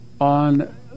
on